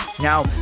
Now